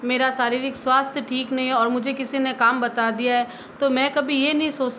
मेरा शारीरिक स्वास्थय ठीक नहीं है और मुझे किसी ने काम बता दिया है तो मैं कभी ये नहीं सोच